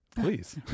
please